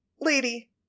Lady